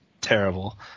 terrible